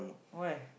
why